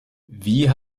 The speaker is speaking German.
wie